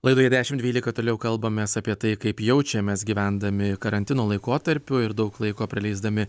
laidoje dešimt dvylika toliau kalbamės apie tai kaip jaučiamės gyvendami karantino laikotarpiu ir daug laiko praleisdami